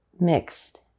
mixed